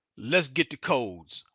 let's get the codes.